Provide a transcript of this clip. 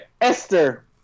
esther